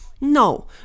No